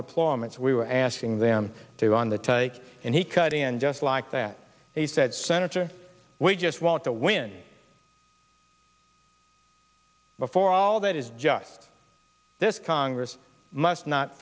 deployments we were asking them to undertake and he cut in just like that he said senator we just want to win before all that is just this congress must not